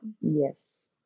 Yes